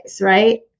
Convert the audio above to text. right